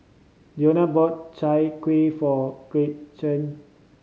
Dionne bought Chai Kueh for Gretchen